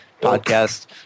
podcast